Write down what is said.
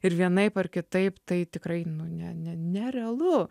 ir vienaip ar kitaip tai tikrai nu ne ne nerealu